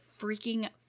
freaking